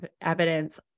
evidence